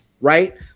right